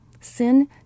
Sin